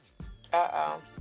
Uh-oh